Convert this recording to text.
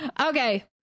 Okay